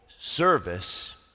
service